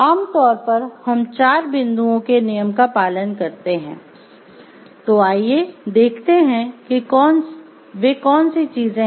आम तौर पर हम चार बिन्दुओ के नियम का पालन करते हैं तो आइए देखते हैं कि वे कौन सी चीजें हैं